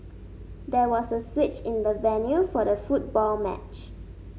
there was a switch in the venue for the football match